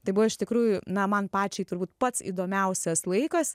tai buvo iš tikrųjų na man pačiai turbūt pats įdomiausias laikas